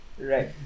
Right